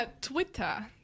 Twitter